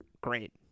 great